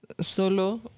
Solo